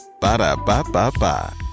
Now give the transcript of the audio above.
ba-da-ba-ba-ba